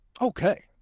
Okay